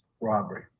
robbery